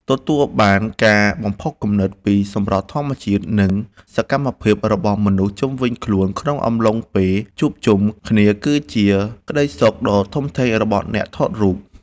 ទទួលបានការបំផុសគំនិតពីសម្រស់ធម្មជាតិ និង សកម្មភាពរបស់មនុស្សជុំវិញខ្លួនក្នុងអំឡុងពេលជួបជុំគ្នាគឺជាក្តីសុខដ៏ធំធេងរបស់អ្នកថតរូប។